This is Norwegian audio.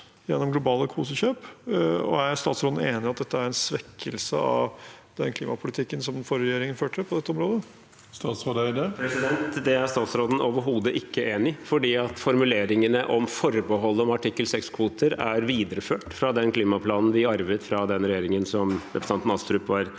gjennom globale kvotekjøp? Er statsråden enig i at dette er en svekkelse av den klimapolitikken som den forrige regjeringen førte på dette området? Statsråd Espen Barth Eide Det er stats- råden overhodet ikke enig i, fordi formuleringene om forbehold om artikkel 6-kvoter er videreført fra den klimaplanen vi arvet fra den regjeringen som represen tanten Astrup var